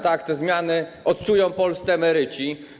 Tak, te zmiany odczują polscy emeryci.